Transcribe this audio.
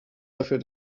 dafür